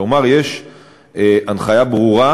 כלומר, יש הנחיה ברורה,